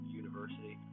university